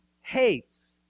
hates